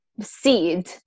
seed